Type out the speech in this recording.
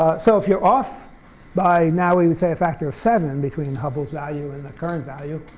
so if you're off by now we would say a factor of seven between hubble's value and the current value,